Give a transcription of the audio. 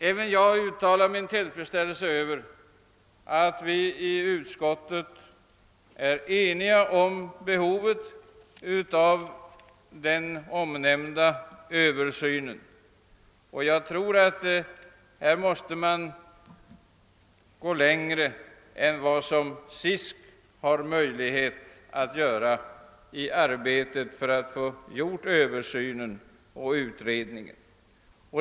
Även jag uttalar min tillfredsställelse över att vi i utskottet är eniga om behovet av den omnämnda översynen, och jag tror att man måste gå längre än vad SISK har möjlighet att göra för att få översynen och utredningen verkställd.